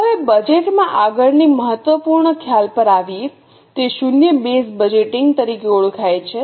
હવે બજેટ માં આગળની મહત્વપૂર્ણ ખ્યાલ પર આવીને તે શૂન્ય બેઝ બજેટિંગ તરીકે ઓળખાય છે